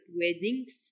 weddings